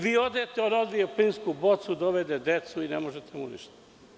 Vi odete, on odvije plinsku bocu, dovede decu i ne možete mu ništa.